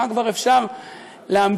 מה כבר אפשר להמציא?